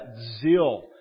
zeal